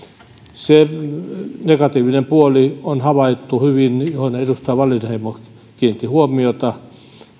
se negatiivinen puoli on havaittu hyvin mihin edustaja wallinheimo kiinnitti huomiota